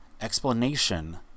explanation